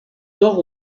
nord